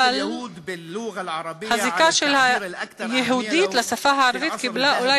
אבל הזיקה של היהודים לשפה הערבית קיבלה אולי